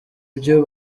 byo